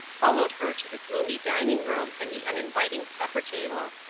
followed her to the gloomy dining-room and the uninviting supper-table.